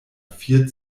vier